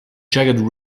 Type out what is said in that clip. jagged